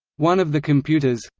one of the computers,